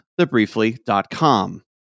thebriefly.com